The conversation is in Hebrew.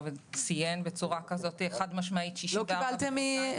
וציין בצורה כזו חד-משמעית את הגיל 64 ושני חודשים.